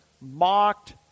mocked